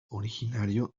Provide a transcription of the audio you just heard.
originario